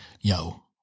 yo